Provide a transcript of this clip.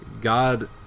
God